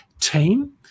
team